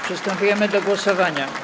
Przystępujemy do głosowania.